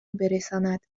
برساند